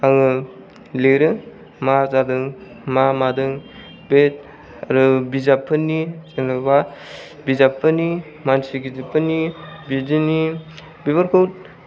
आङो लिरो मा जादों मा मादों बे आरो बिजाबफोरनि जेनबा बिजाबफोरनि मानसि गिदिरफोरनि बिदिनि बेफोरखौ